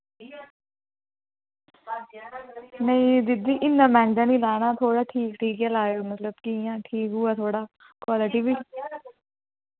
नेईं दीदी इ'न्ना मैंह्गा निं लैना ऐ थोह्ड़ा ठीक ठीक गै लाएओ मतलब कि इ'यां ठीक होऐ थोह्ड़ा क्वालिटी बी